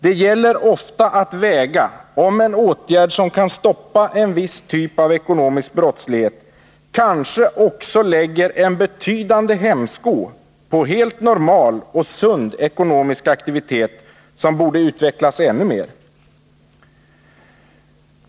Det gäller ofta att avväga, om en åtgärd som kan stoppa en viss typ av ekonomisk brottslighet kanske också lägger en betydande hämsko på en helt normal och sund ekonomisk aktivitet som borde utvecklas ännu mer.